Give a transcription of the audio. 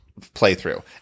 playthrough